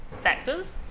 factors